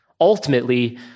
ultimately